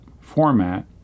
format